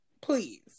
Please